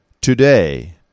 Today